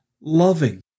loving